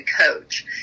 coach